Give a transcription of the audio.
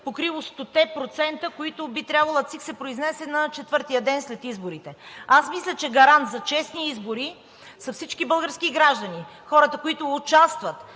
процента, които би трябвало, а ЦИК се произнесе на четвъртия ден след изборите. Аз мисля, че гарант за честни избори са всички български граждани – хората, които участват